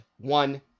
one